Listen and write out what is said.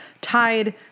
tied